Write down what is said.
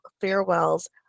farewells